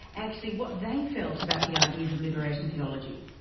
actually what they felt about the ideas of liberation theology.